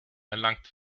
erlangt